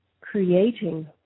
creating